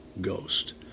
Ghost